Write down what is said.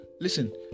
Listen